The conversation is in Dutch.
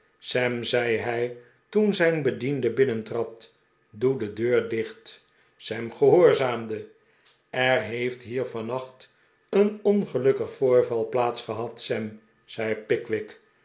sam zei hij toen zijn bediende binnentrad doe de deur dicht sam gehoorzaamde er heeft hier vannacht een ongelukkig voorval plaats gehad sam zei pickwick